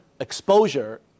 exposure